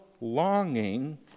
longing